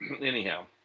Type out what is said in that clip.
anyhow